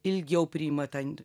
ilgiau priima ta n